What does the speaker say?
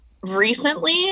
recently